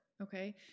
Okay